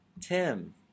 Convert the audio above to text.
Tim